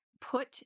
put